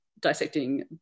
dissecting